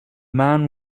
man